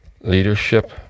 Leadership